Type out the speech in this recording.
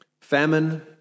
famine